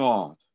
God